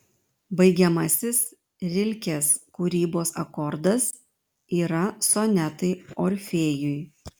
baigiamasis rilkės kūrybos akordas yra sonetai orfėjui